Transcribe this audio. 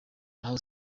aho